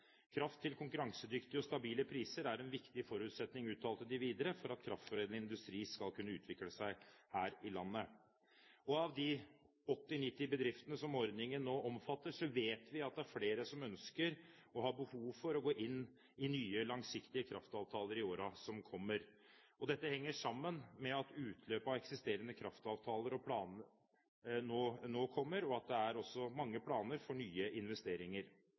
Kraft til konkurransedyktige og stabile priser er en viktig forutsetning, uttalte de videre, for at kraftforedlende industri skal kunne utvikle seg her i landet. Av de 80–90 bedriftene som ordningen nå omfatter, vet vi at det er flere som ønsker og har behov for å gå inn i nye langsiktige kraftavtaler i årene som kommer. Dette henger sammen med utløpet av eksisterende kraftavtaler og mange planer for nye investeringer.